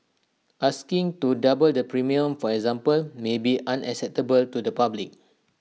asking to double the premium for example may be unacceptable to the public